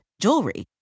jewelry